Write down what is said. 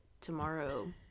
tomorrow